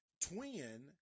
twin